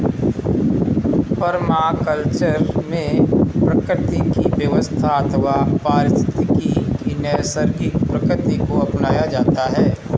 permaculture में प्रकृति की व्यवस्था अथवा पारिस्थितिकी की नैसर्गिक प्रकृति को अपनाया जाता है